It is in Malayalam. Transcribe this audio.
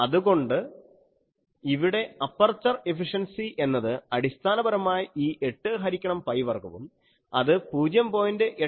അതുകൊണ്ട് ഇവിടെ അപ്പർച്ചർ എഫിഷൻസി എന്നത് അടിസ്ഥാനപരമായി ഈ 8 ഹരിക്കണം പൈ വർഗ്ഗവും അത് 0